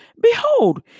Behold